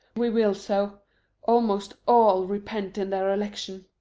we will so almost all repent in their election.